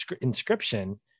inscription